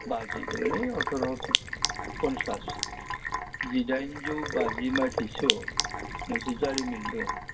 बाजि थारमाने अथरह फनसास जिदाइनजौ बाजि मायथाइसोआव मोनसे जारिमिन दङ